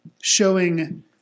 showing